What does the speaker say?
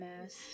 mess